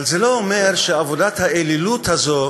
אבל זה לא אומר שעבודת האלילות הזאת